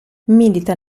milita